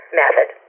method